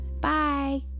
Bye